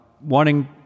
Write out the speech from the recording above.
wanting